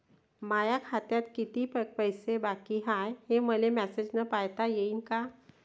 माया खात्यात कितीक पैसे बाकी हाय, हे मले मॅसेजन पायता येईन का?